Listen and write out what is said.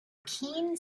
keen